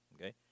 Okay